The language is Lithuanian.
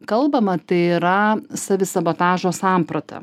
kalbama tai yra savisabotažo samprata